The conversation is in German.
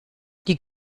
die